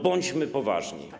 Bądźmy poważni.